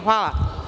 Hvala.